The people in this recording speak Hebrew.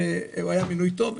הוא היה מינוי טוב.